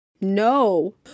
No